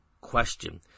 question